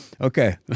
Okay